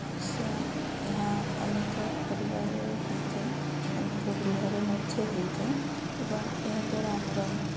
ସେ ଏହା ଅନେକ ପରିବାରରେ ହୋଇଥାଏ ଅନେକ ଗୃହରେ ମଧ୍ୟ ହୋଇଥାଏ ଏବଂ ଏହାଦ୍ଵାରା ଆମର